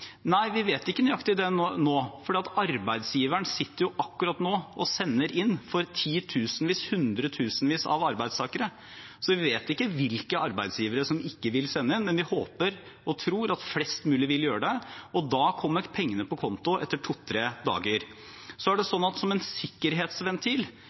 nøyaktig nå. Arbeidsgiverne sitter jo akkurat nå og sender inn for titusenvis, hundretusenvis av arbeidstakere. Vi vet ikke hvilke arbeidsgivere som ikke vil sende inn, men vi håper og tror at flest mulig vil gjøre det, og da kommer pengene på konto etter to–tre dager.